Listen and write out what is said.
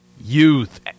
youth